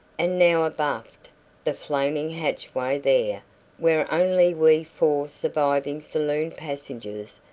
and now abaft the flaming hatchway there were only we four surviving saloon passengers,